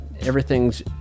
everything's